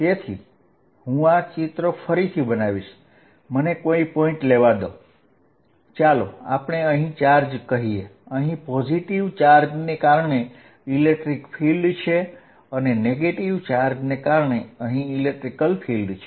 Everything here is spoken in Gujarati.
તેથી હું આ ચિત્ર ફરીથી બનાવીશ મને કોઈ પોઇન્ટ લેવા દો ચાલો આપણે અહીં ચાર્જ કહીએ અહીં પોઝીટીવ ચાર્જને કારણે ઇલેક્ટ્રિક ફીલ્ડ છે અને નેગેટીવ ચાર્જને કારણે અહીં ઇલેક્ટ્રિક ફીલ્ડ છે